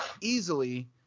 easily